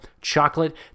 Chocolate